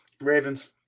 Ravens